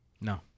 No